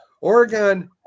Oregon